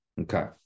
Okay